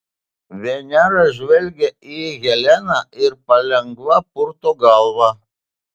venera žvelgia į heleną ir palengva purto galvą